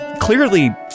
clearly